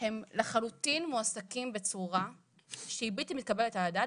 הם לחלוטין מועסקים בצורה שהיא בלתי מתקבלת על הדעת